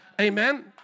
Amen